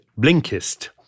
Blinkist